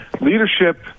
leadership